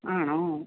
ആണോ